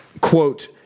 quote